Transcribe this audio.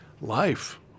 life